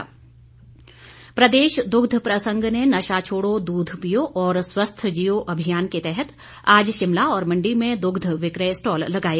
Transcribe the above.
अभियान प्रदेश दुग्ध प्रसंग ने नशा छोड़ो दूध पियो और स्वस्थ जियो अभियान के तहत आज शिमला और मण्डी में दुग्ध वि क्र य स्टॉल लगाए